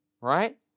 right